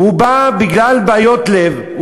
הוא בא בגלל בעיות לב,